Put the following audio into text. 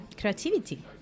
creativity